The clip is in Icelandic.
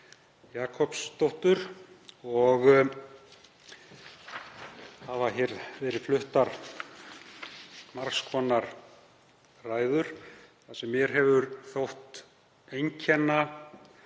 Jakobsdóttur og hafa verið fluttar margs konar ræður. Það sem mér hefur þótt einkenna